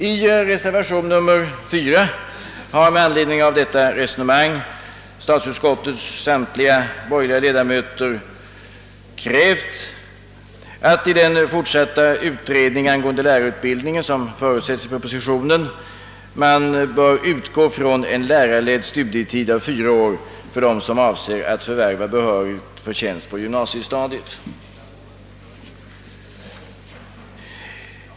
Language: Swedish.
I reservation nr 4 har med anledning av detta resonemang statsutskottets samtliga borgerliga ledamöter krävt, att man i den fortsatta utredning angående lärarutbildningen som förutsättes i propositionen bör utgå från en lärarledd studietid på fyra år för dem som avser att förvärva behörighet för tjänst på gymnasiestadiet.